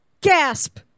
gasp